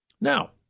Now